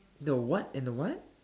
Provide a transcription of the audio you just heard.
the what and the what